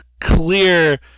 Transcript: clear